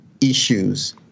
issues